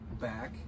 back